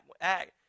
act